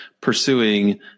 pursuing